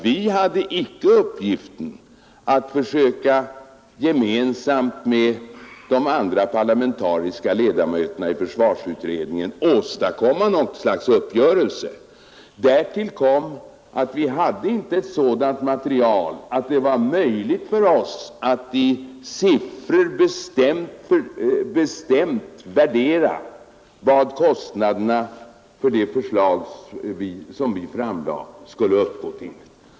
Vi hade icke uppgiften att gemensamt med de andra parlamentariska ledamöterna i försvarsutredningen försöka åstadkomma något slags uppgörelse. Därtill kom att vi inte hade ett sådant material att det var möjligt för oss att i siffror bestämt och preciserat ange vad kostnaderna för de förslag som framlades skulle uppgå till.